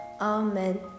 Amen